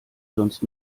sonst